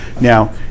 Now